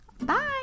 Bye